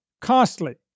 costly